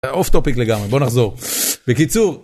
אוף טופיק לגמרי, בוא נחזור. בקיצור.